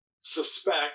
suspect